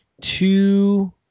two